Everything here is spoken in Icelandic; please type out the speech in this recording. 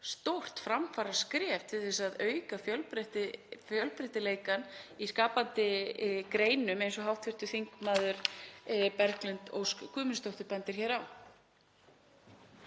stórt framfaraskref til að auka fjölbreytileikann í skapandi greinum eins og hv. þm. Berglind Ósk Guðmundsdóttir bendir hér á.